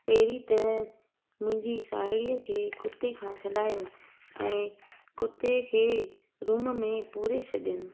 पहिरीं त मुंहिंजी साहेड़ीअ खे कुते खां छॾायो ऐं कुते खे रूम में पूरे छॾियमि